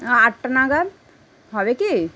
আটটা নাগাদ হবে কি